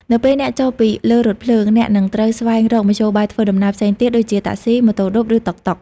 នៅពេលអ្នកចុះពីលើរថភ្លើង អ្នកនឹងត្រូវស្វែងរកមធ្យោបាយធ្វើដំណើរផ្សេងទៀត ដូចជា តាក់ស៊ី ម៉ូតូឌុប ឬតុកតុក។